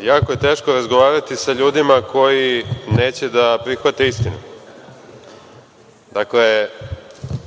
Jako je teško razgovarati sa ljudima koji neće da prihvate istinu. Dakle,